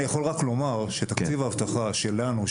אני יכול רק לומר שתקציב האבטחה שלנו,